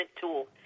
tool